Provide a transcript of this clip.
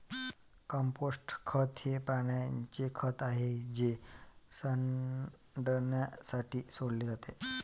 compost खत हे प्राण्यांचे खत आहे जे सडण्यासाठी सोडले जाते